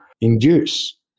induce